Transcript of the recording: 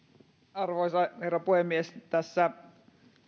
arvoisa herra puhemies tämä